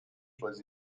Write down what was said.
بازی